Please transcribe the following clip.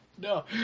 no